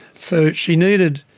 so she needed,